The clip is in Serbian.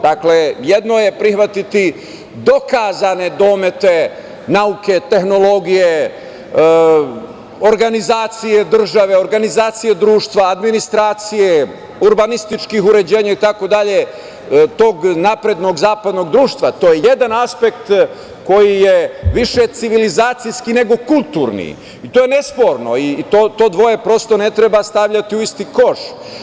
Dakle, jedno je prihvatiti dokazane domete nauke, tehnologije, organizacije države, društva, administracije, urbanističkih uređenja itd, tog naprednog zapadnog društva, to je jedan aspekt koji je više civilizaciji, nego kulturni, i to je nesporno, to dvoje prosto ne treba stavljati u isti koš.